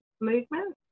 movement